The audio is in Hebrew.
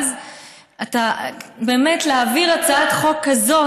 אז באמת להעביר הצעת חוק כזאת,